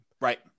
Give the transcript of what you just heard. Right